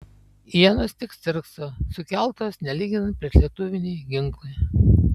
ienos tik stirkso sukeltos nelyginant priešlėktuviniai ginklai